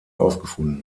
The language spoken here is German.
aufgefunden